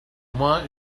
moi